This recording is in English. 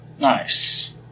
Nice